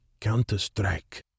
counter-strike